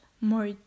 more